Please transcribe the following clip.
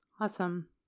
Awesome